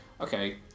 Okay